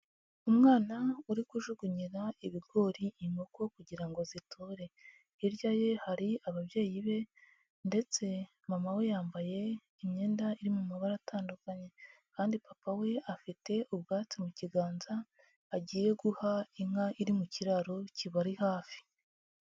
Umwana uri kujugunyira ibigori inkoko kugira ngo zitore, hirya ye hari ababyeyi be ndetse mama we yambaye imyenda iri mu mabara atandukanye kandi papa we afite ubwatsi mu kiganza agiye guha inka iri mu kiraro kibari hafi.